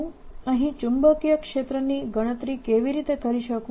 હું અહીં ચુંબકીય ક્ષેત્રની ગણતરી કેવી રીતે કરી શકું